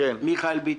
אני, מיכאל ביטון.